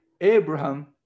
Abraham